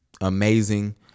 amazing